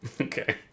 Okay